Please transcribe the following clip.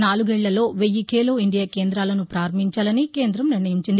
నాలుగేళ్లలో వెయ్యి ఖేలో ఇండియా కేంద్రాలను ప్రారంభించాలని కేంద్రం నిర్ణయించింది